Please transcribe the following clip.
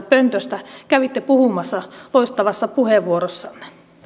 pöntöstä kävitte puhumassa loistavassa puheenvuorossanne